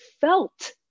felt